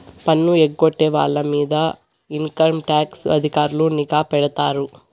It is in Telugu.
పన్ను ఎగ్గొట్టే వాళ్ళ మీద ఇన్కంటాక్స్ అధికారులు నిఘా పెడతారు